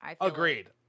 Agreed